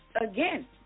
Again